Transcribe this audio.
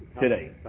today